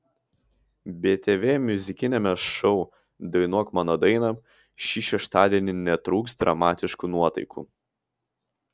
btv muzikiniame šou dainuok mano dainą šį šeštadienį netrūks dramatiškų nuotaikų